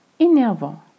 énervant